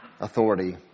authority